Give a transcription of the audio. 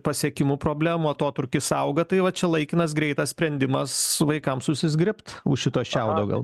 pasiekimų problemų atotrūkis auga tai va čia laikinas greitas sprendimas vaikams susizgribt už šito šiaudo gal